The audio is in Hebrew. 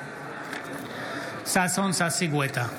בעד ששון ששי גואטה,